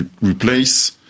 replace